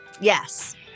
Yes